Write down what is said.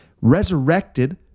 resurrected